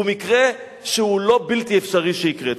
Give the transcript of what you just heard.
הוא מקרה שהוא לא בלתי אפשרי שיקרה.